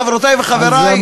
חברותי וחברי,